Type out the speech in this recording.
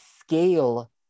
scale